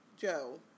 Joe